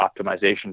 optimization